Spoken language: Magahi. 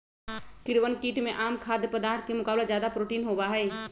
कीड़वन कीट में आम खाद्य पदार्थ के मुकाबला ज्यादा प्रोटीन होबा हई